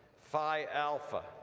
phi alpha,